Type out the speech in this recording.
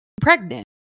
pregnant